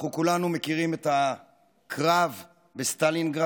אנחנו כולנו מכירים את הקרב בסטלינגרד,